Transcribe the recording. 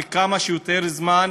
וכמה שיותר זמן,